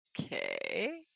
Okay